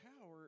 power